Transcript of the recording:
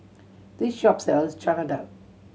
this shop sells Chana Dal